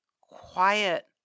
quiet